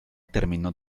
terminó